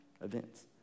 events